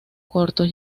cortos